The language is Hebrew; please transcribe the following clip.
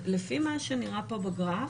לפי מה שנראה פה בגרף,